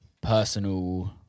personal